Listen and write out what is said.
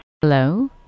Hello